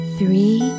Three